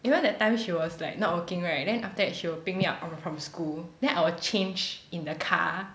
you know that time she was like not working right then after that she will pick me up from the from school then I will change in the car